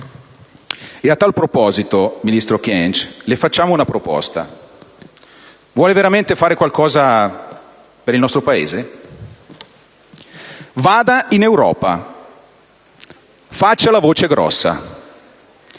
e a tal proposito, ministro Kyenge, le facciamo una proposta: vuole veramente fare qualcosa per il nostro Paese? Vada in Europa, faccia la voce grossa;